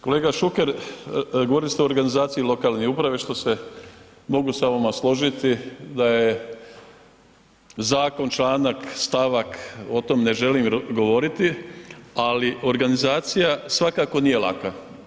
Kolega Šuker, govorili ste o organizaciji lokalne uprave, što se mogu sa vama složiti da je Zakon, članak, stavak, o tom ne želim govoriti, ali organizacija svakako nije laka.